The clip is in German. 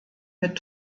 mit